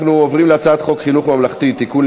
אנחנו עוברים להצעת חוק חינוך ממלכתי (תיקון,